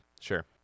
Sure